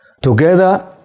Together